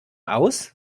aus